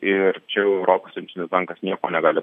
ir europos centrinis bankas nieko negali